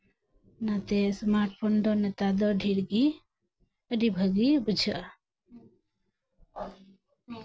ᱚᱱᱟᱛᱮ smart phone ᱫᱚ ᱱᱮᱛᱟᱨ ᱫᱚ ᱰᱷᱮᱨ ᱜᱮ ᱟᱹᱰᱤ ᱵᱷᱟᱹᱜᱮ ᱵᱩᱡᱷᱟᱹᱜᱼᱟ